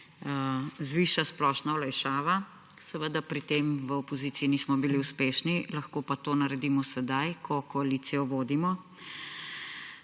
zviša splošna olajšava. Seveda pri tem v opoziciji nismo bili uspešni, lahko pa to naredimo sedaj, ko koalicijo vodimo.